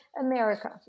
America